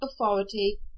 authority